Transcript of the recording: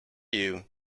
you